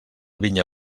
vinya